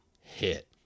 hit